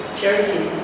charity